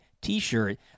T-shirt